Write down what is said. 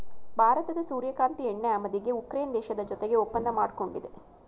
ಭಾರತದ ಸೂರ್ಯಕಾಂತಿ ಎಣ್ಣೆ ಆಮದಿಗೆ ಉಕ್ರೇನ್ ದೇಶದ ಜೊತೆಗೆ ಒಪ್ಪಂದ ಮಾಡ್ಕೊಂಡಿದೆ